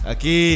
Aquí